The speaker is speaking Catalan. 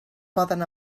poden